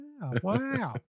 wow